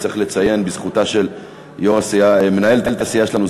צריך לציין לזכותה של מנהלת הסיעה שלנו,